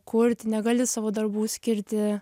kurti negali savo darbų skirti